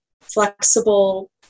flexible